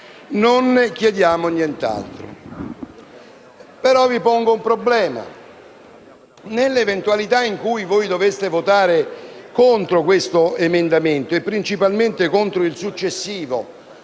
Non chiediamo nient'altro. Però vi pongo un problema: nell'eventualità in cui voi doveste votare contro questo emendamento e principalmente contro il successivo,